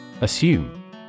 Assume